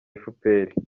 efuperi